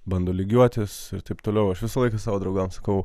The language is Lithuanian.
bando lygiuotis ir taip toliau aš visą laiką savo draugams sakau